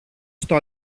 στο